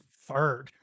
third